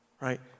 Right